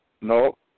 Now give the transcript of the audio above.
No